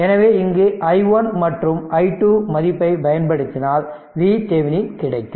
எனவே இங்கு i1 மற்றும் i2 மதிப்பை பயன்படுத்தினால் VThevenin கிடைக்கும்